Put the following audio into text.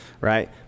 right